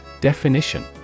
definition